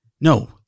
no